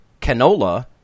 canola